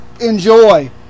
enjoy